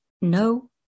No